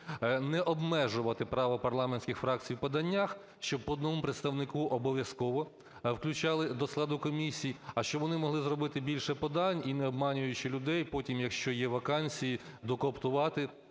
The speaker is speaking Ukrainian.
не обмежувати право парламентських фракцій у поданнях, щоб по одному представнику обов'язково включали до складу комісій, а щоб вони могли зробити більше подань і, не обманюючи людей, потім, якщо є вакансії, докооптувати